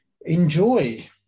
enjoy